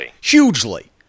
Hugely